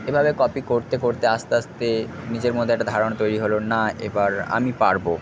এভাবে কপি করতে করতে আস্তে আস্তে নিজের মধ্যে একটা ধারণা তৈরি হলো না এবার আমি পারবো